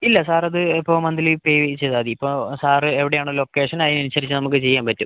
ഇല്ലാ സാറത് ഇപ്പം മന്ത്ലി പേ ചെയ്താമതി ഇപ്പാ സാറ് എവിടെയാണ് ലൊക്കേഷൻ അയിന് അനുസരിച്ച് നമുക്ക് ചെയ്യാൻ പറ്റും